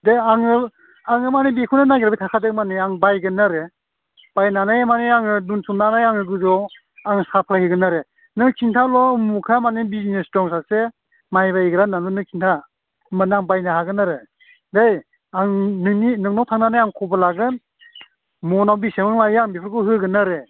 दे आङो आङो माने बेखौनो नागिरबाय थाखादों माने बायगोन आरो बायनानै माने आङो बुथुमनानै गोजौआव आङो साप्लाय होगोन आरो नों खिन्थाल' अमुका माने बिजनेस दं सासे माइ बायग्रा होननानै खिन्था होमब्लाना आं बायनो हागोन आरो दै आं नोंनि नोंनाव थांनानै आं खबर लागोन मनआव बेसां लायो आं बेफोरखौ होगोन आरो